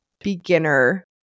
beginner